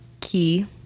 key